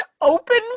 open